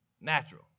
Natural